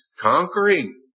conquering